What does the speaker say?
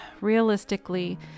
realistically